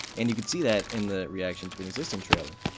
and you can see that in the reaction to an existing trailer.